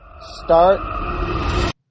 start